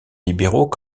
libéraux